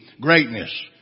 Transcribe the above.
greatness